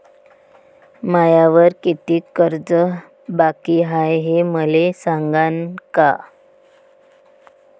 मायावर कितीक कर्ज बाकी हाय, हे मले सांगान का?